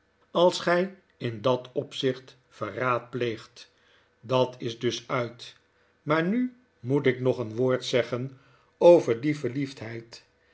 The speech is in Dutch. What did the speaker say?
als gij in dat opzicht verraad pleegt dat is dus uit maar nu moet ik nog een woord zeggen over die verliefdheid